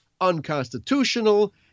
unconstitutional